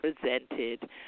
presented